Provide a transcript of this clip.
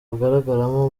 agaragaramo